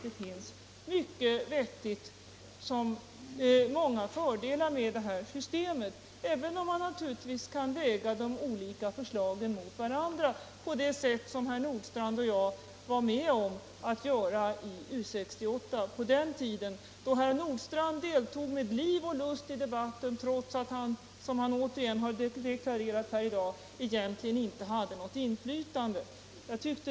Det finns många fördelar med detta system, även om man naturligtvis kan väga de olika förslagen mot varandra på det sätt som herr Nordstrandh och jag var med om att göra i U 68 på den tid då herr Nordstrandh deltog med liv och lust i utredningsarbetet, trots att han, som han åter har påstått här i dag, egentligen inte hade något inflytande.